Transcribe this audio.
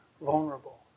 vulnerable